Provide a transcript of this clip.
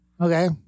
Okay